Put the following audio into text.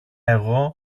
εγώ